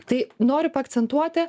tai noriu paakcentuoti